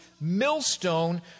millstone